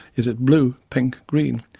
is it blue, pink, green?